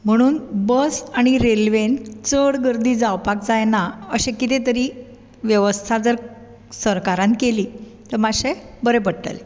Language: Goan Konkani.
म्हणून बस आनी रेल्वेंत चड गर्दी जावपाक जायना अशें कितें तरी वेवस्था जार सरकारान केली तर मातशे बरें पडटलें